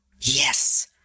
Yes